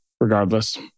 regardless